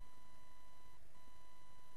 אני